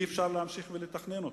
אי-אפשר להמשיך ולתכנן אותו.